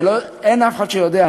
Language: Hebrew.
אין אף אחד שיודע,